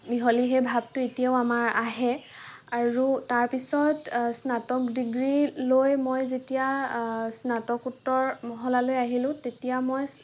মিহলি সেই ভাবটো এতিয়াও আমাৰ আহে আৰু তাৰ পিছত স্নাতক ডিগ্ৰী লৈ মই যেতিয়া স্নাতকোত্তৰ মহলালৈ আহিলোঁ তেতিয়া মই